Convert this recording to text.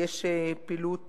ויש פעילות